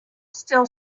still